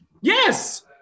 Yes